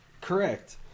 Correct